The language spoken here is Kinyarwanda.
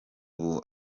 ubu